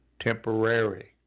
temporary